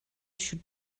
should